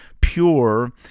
pure